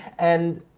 and,